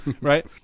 right